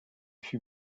fut